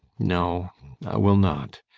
no i will not.